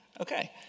Okay